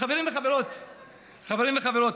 חברים וחברות,